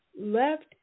left